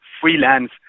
freelance